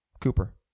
Cooper